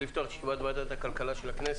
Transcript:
אני מתכבד לפתוח את ישיבת ועדת הכלכלה של הכנסת,